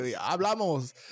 hablamos